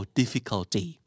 difficulty